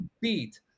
beat